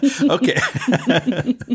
Okay